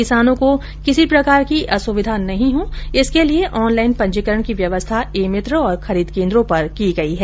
किसानों को किसी प्रकार की असुविधा नहीं हो इसके लिए ऑनलाईन पंजीकरण की व्यवस्था ई मित्र और खरीद केन्द्रों पर की गई है